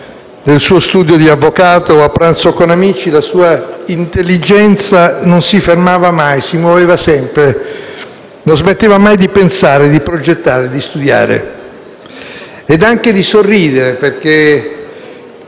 nel suo studio di avvocato o a pranzo con amici, la sua intelligenza non si fermava mai, non smetteva mai di pensare, di progettare, di studiare e anche di sorridere, perché